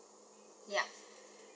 yup